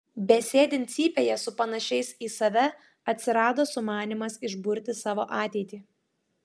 besėdint cypėje su panašiais į save atsirado sumanymas išburti savo ateitį